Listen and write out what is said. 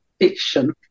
fiction